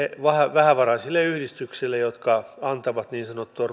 vähävaraisille yhdistyksille jotka antavat niin sanottua